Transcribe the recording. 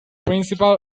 principal